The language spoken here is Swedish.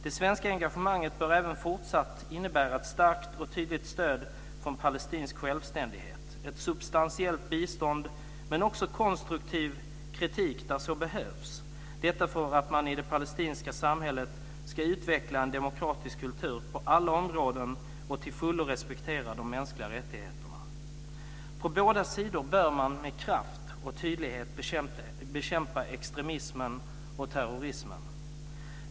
Det svenska engagemanget bör även fortsatt innebära ett starkt och tydligt stöd för palestinsk självständighet, ett substantiellt bistånd, men också konstruktiv kritik där så behövs, detta för att man i det palestinska samhället ska utveckla en demokratisk kultur på alla områden och till fullo respektera de mänskliga rättigheterna. På båda sidor bör man med kraft och tydlighet bekämpa extremismen och terrorismen.